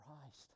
Christ